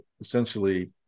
essentially